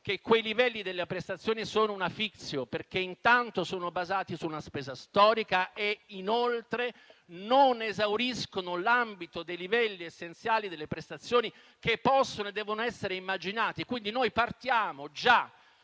che quei livelli delle prestazioni sono una *fictio*, perché intanto sono basati su una spesa storica e inoltre non esauriscono l'ambito dei livelli essenziali delle prestazioni che possono e devono essere immaginati. Quindi, partiamo già